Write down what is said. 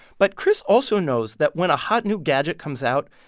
but chris also knows that when a hot new gadget comes out,